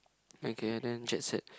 okay ah then jet set